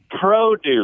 produce